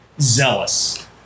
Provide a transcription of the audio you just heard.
zealous